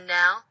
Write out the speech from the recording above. now